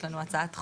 יש לנו הצעת חוק.